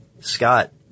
Scott